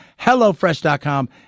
HelloFresh.com